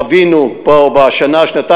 חווינו פה בשנה-שנתיים,